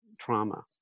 trauma